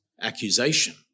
accusation